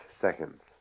seconds